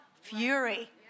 fury